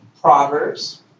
Proverbs